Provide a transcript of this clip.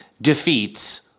defeats